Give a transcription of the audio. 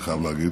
אני חייב להגיד,